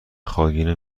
خاگینه